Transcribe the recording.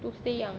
to stay young